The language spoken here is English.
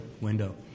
window